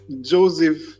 Joseph